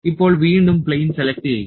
ഇപ്പോൾ വീണ്ടും plain select ചെയ്യുക